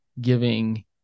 giving